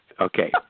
Okay